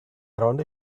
around